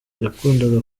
yakundaga